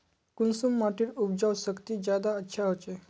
कुंसम माटिर उपजाऊ शक्ति ज्यादा अच्छा होचए?